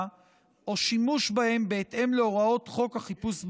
או שימוש בהם בהתאם להוראות חוק החיפוש בגוף.